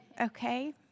okay